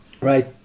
right